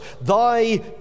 Thy